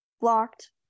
blocked